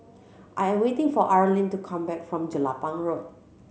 I am waiting for Arleen to come back from Jelapang Road